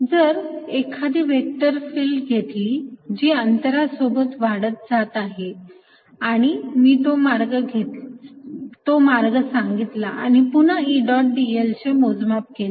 जर एखादी vector field घेतली जी अंतरा सोबत वाढत जात असे आणि मी तो मार्ग सांगितला आणि पुन्हा E डॉट dl चे मोजमाप केले